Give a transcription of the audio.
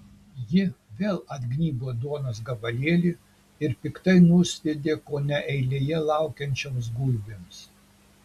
ji vėl atgnybo duonos gabalėlį ir piktai nusviedė kone eilėje laukiančioms gulbėms